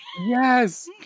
Yes